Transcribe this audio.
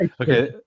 Okay